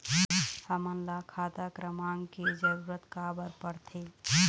हमन ला खाता क्रमांक के जरूरत का बर पड़थे?